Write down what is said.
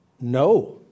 No